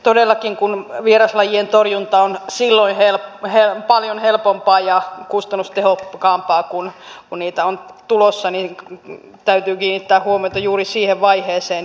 todellakin kun vieraslajien torjunta on paljon helpompaa ja kustannustehokkaampaa silloin kun niitä on tulossa niin täytyy kiinnittää huomiota juuri siihen vaiheeseen